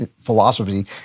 philosophy